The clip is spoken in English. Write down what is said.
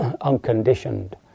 unconditioned